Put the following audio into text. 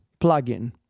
plugin